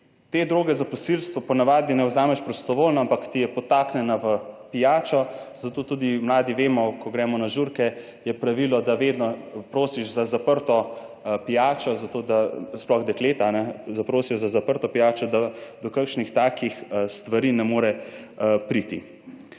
te droge za posilstvo po navadi ne vzameš prostovoljno, ampak ti je podtaknjena v pijačo, zato tudi mladi vemo, ko gremo na žurke, je pravilo, da vedno prosiš za zaprto pijačo, sploh dekleta zaprosijo za zaprto pijačo, da do kakšnih takih stvari ne more priti.